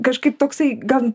kažkaip toksai gal